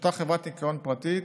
שאותה חברת ניקיון פרטית,